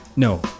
No